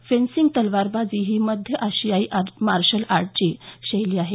fencing तलवारबाजी ही मध्य आशियाई मार्शल आर्टची शैली आहे